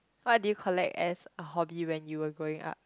what did you collect as a hobby when you were growing up